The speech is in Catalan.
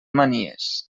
manies